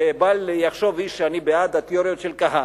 ובל יחשוב איש שאני בעד התיאוריות של כהנא,